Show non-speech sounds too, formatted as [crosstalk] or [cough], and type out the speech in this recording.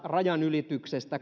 rajanylityksestä [unintelligible]